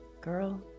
girl